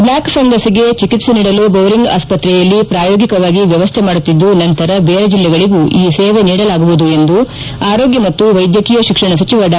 block ಫಂಗಸ್ಗೆ ಚೆಕಿತ್ಸೆ ನೀಡಲು ಬೌರಿಂಗ್ ಆಸ್ವತ್ರೆಯಲ್ಲಿ ಪ್ರಾಯೋಗಿಕವಾಗಿ ವ್ಯವಸ್ಟೆ ಮಾಡುತ್ತಿದ್ದು ನಂತರ ಬೇರೆ ಜಿಲ್ಲೆಗಳಿಗೂ ಈ ಸೇವೆ ನೀಡಲಾಗುವುದು ಎಂದು ಆರೋಗ್ಯ ಮತ್ತು ವೈದ್ಯಕೀಯ ಶಿಕ್ಷಣ ಸಚಿವ ಡಾ